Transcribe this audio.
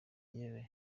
yewe